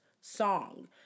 song